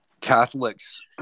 Catholics